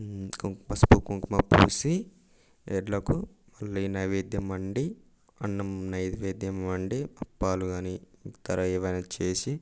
పసుపు కుంకుమ పూసి ఎడ్లకు మళ్ళీ నైవేద్యం అండి అన్నం నైవేద్యం వండి అప్పాలు కానీ ఇతర ఏమైనా చేసి